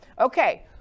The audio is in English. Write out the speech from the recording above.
Okay